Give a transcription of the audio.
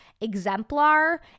exemplar